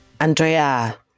Andrea